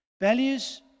Values